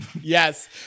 Yes